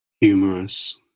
Humorous